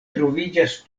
troviĝas